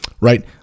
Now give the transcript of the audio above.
right